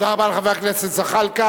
תודה רבה לחבר הכנסת זחאלקה.